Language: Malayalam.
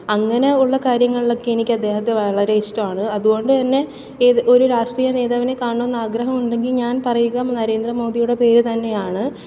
അങ്ങനെ ഉള്ള കാര്യങ്ങളിലൊക്കെ എനിക്കദ്ദേഹത്തെ വളരെ ഇഷ്ടമാണ് അതുകൊണ്ട് തന്നെ ഇത് ഒരു രാഷ്ട്രീയ നേതാവിനെ കാണണമെന്നാഗ്രഹമുണ്ടെങ്കിൽ ഞാൻ പറയുക നരേന്ദ്രമോദിയുടെ പേര് തന്നെയാണ്